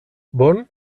bon